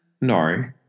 no